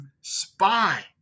spy